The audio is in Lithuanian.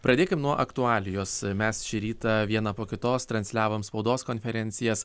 pradėkim nuo aktualijos mes šį rytą vieną po kitos transliavom spaudos konferencijas